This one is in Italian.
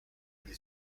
gli